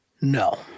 No